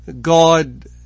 God